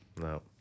No